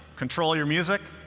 control your music,